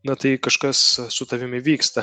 nai tai kažkas su tavimi vyksta